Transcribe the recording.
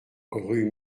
rue